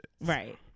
Right